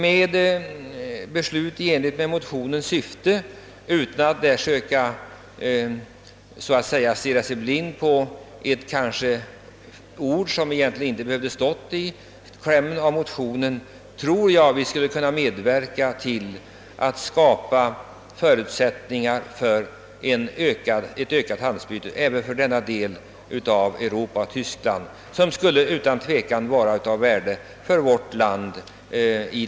Med beslut i överensstämmelse med motionens syfte, utan att så att säga stirra sig blind på ett ord som kanske egentligen inte behövt stå i motionens kläm, tror jag att vi skulle kunna medverka till att skapa förutsättningar för en ökning av handelsutbytet även i denna del av Europa, vilket för närvarande utan tvivel skulle vara av värde för vårt land.